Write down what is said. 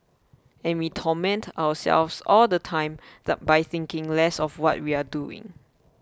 and we torment ourselves all the time that by thinking less of what we are doing